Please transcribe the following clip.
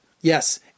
Yes